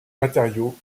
matériaux